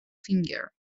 finger